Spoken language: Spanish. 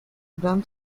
bram